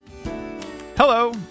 Hello